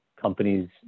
companies